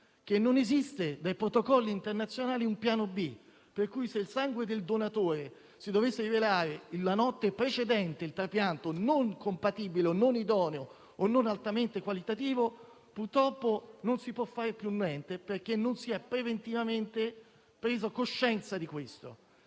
non esiste nei protocolli internazionali un piano B, per cui se il sangue del donatore si dovesse rivelare, la notte precedente il trapianto, non compatibile o non idoneo o non altamente qualitativo, purtroppo non si può fare più niente, perché non si è preventivamente preso coscienza di questo.